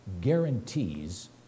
guarantees